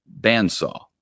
bandsaw